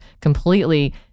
completely